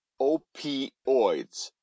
Opioids